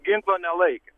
ginklo nelaikė